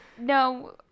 No